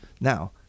Now